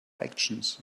actions